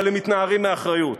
אבל הם מתנערים מאחריות.